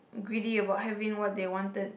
greedy about having what they wanted